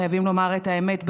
חייבים לומר את האמת,